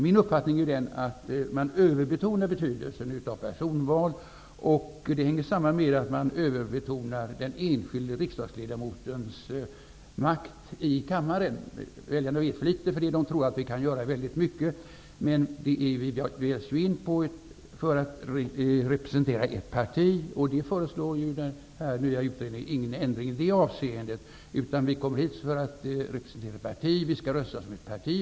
Min uppfattning är den att man överbetonar betydelsen av personval och att det hänger samman med att man överbetonar den enskilde riksdagsledamotens makt i kammaren. Väljarna vet för litet, och de tror att vi kan göra väldigt mycket. Vi väljs emellertid in i riksdagen för att representera ett parti, och utredningen föreslår ju ingen ändring i det avseendet. Vi kommer hit för att representera ett parti, och vi skall rösta som ett parti.